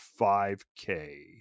5k